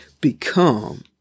become